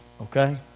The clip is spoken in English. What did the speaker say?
okay